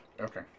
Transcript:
okay